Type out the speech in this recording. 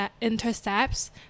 intercepts